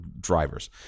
drivers